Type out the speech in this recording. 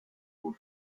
were